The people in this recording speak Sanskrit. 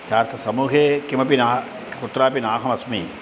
यथार्थ समूहे किमपि ना कुत्रापि नाहमस्मि